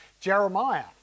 Jeremiah